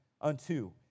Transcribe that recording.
unto